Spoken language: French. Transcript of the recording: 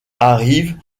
arrivent